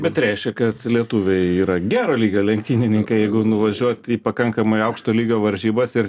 bet reiškia kad lietuviai yra gero lygio lenktynininkai jeigu nuvažiuot į pakankamai aukšto lygio varžybas ir